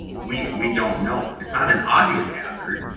we we don't know. it's not an obvious hazard,